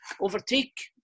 overtake